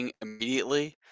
immediately